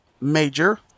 major